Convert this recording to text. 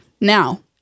Now